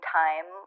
time